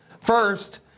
First